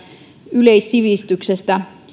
yleissivistyksestä